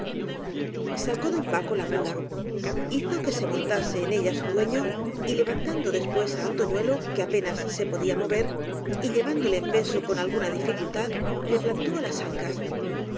casilla sacó don paco la muía hizo que montase en ella su dueño y levantando después á antoñuelo que apenas se podía mover y llevándole en peso con alguna dificultad le plantó á las ancas